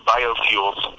Biofuels